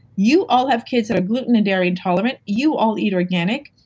you all have kids who are gluten and dairy intolerant, you all eat organic,